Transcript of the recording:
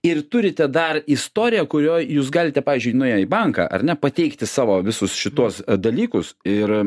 ir turite dar istoriją kurioj jūs galite pavyzdžiui nuėję į banką ar ne pateikti savo visus šituos dalykus ir